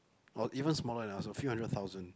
or even smaller than us a few hundred thousand